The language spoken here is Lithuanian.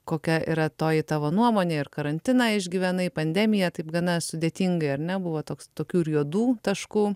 kokia yra toji tavo nuomonė ir karantiną išgyvenai pandemiją taip gana sudėtingai ar ne buvo toks tokių ir juodų taškų